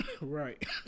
Right